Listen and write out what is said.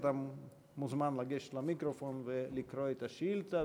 אתה מוזמן לגשת למיקרופון ולקרוא את השאילתה.